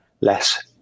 less